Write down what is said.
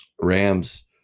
Rams